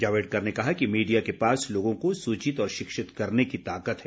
जावड़ेकर ने कहा कि मीडिया के पास लोगों को सूचित और शिक्षित करने की ताकत है